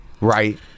right